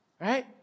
Right